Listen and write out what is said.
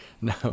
no